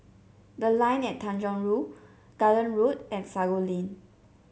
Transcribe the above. The Line at Tanjong Rhu Garden Road and Sago Lane